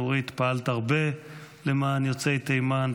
נורית, פעלת הרבה למען יוצאי תימן.